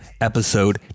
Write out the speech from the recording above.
episode